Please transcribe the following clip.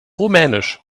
rumänisch